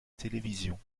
télévision